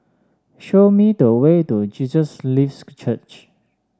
show me the way to Jesus Lives Church